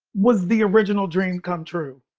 was the original dream come true.